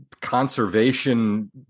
conservation